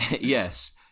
Yes